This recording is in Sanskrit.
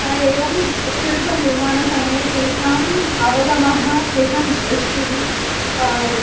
एवं शिल्पनिर्मानसमये तेषाम् अवगमः तेषां दृष्टिः